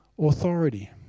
authority